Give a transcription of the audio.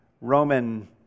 Roman